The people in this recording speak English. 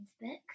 book